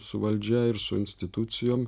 su valdžia ir su institucijom